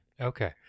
Okay